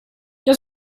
jag